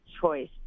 choice